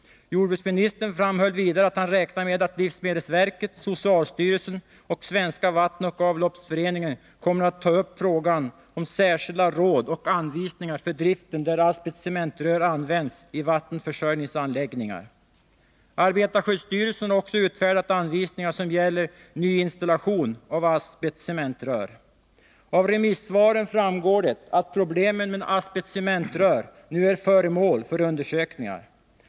Jordbruksministern framhöll vidare att han räknar med att livsmedelsverket, socialstyrelsen och Svenska vattenoch avloppsverksföreningen kommer att ta upp frågan om särskilda råd och anvisningar för driften där asbestcementrör används i vattenförsörjningsanläggningar. Arbetarskyddsstyrelsen har också utfärdat anvisningar som gäller nyinstallation av asbestcementrör. Av remissvaren framgår det att problemen med asbestcementrör nu är föremål för undersökningar.